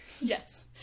Yes